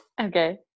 Okay